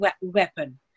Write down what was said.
weapon